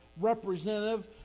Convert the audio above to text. representative